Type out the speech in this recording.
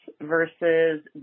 versus